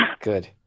Good